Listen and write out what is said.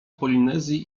polinezji